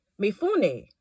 mifune